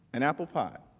and apple pie.